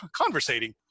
conversating